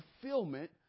fulfillment